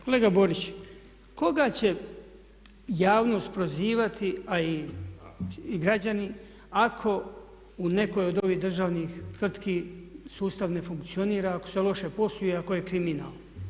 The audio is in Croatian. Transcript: Kolega Borić, koga će javnost prozivati a i građani ako u nekoj od ovih državnih tvrtki sustav ne funkcionira, ako se loše posluje, ako je kriminal.